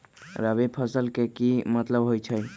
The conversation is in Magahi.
रबी फसल के की मतलब होई छई?